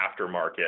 aftermarket